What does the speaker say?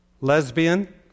Lesbian